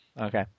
Okay